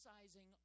emphasizing